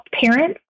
parents